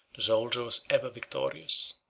the soldier was ever victorious,